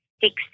six